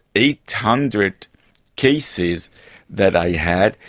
eight hundred cases that i had,